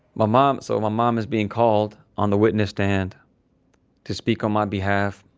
my mom, so my mom is being called on the witness stand to speak on my behalf.